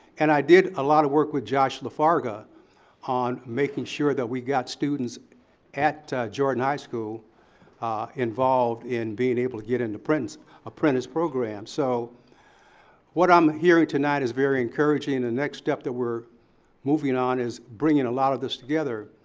and i did a lot of work with josh lafarga on making sure that we got students at jordan high school involved in being able to get into apprentice apprentice programs. so what i'm hearing tonight is very encouraging and the and next step that we're moving on is bringing a lot of this together.